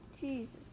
Jesus